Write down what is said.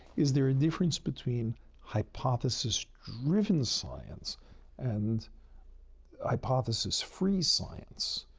is there a difference between hypothesis-driven science and hypothesis-free science?